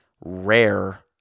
rare